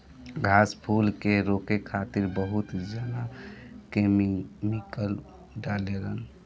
घास फूस के रोके खातिर बहुत जना केमिकल डालें लन